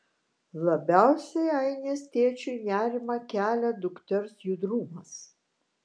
labiausiai ainės tėčiui nerimą kelia dukters judrumas